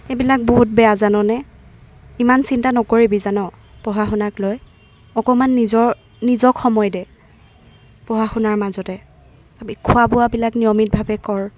এইবিলাক বহুত বেয়া জাননে ইমান চিন্তা নকৰিবি জান পঢ়া শুনাক লৈ অকণমান নিজৰ নিজক সময় দে পঢ়া শুনাৰ মাজতে খোৱা বোৱাবিলাক নিয়মিতভাৱে কৰ